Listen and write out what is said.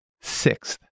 Sixth